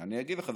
אני אגיד לך.